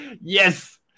yes